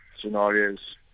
scenarios